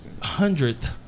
hundredth